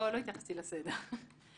לא התייחסתי לסדר.